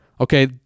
Okay